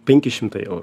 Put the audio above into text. penki šimtai eurų